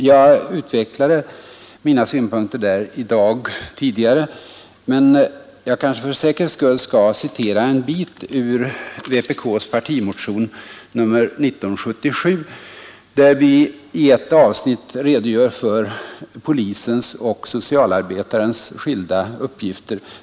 Jag utvecklade mina synpunkter därvidlag tidigare i dag, men jag kanske för säkerhets skull skall citera en bit ur vpk:s partimotion 1977, där vi i ett avsnitt redogör för polisens och socialarbetarens skilda uppgifter.